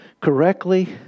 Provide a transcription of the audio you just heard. correctly